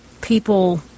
people